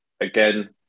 Again